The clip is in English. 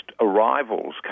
arrivals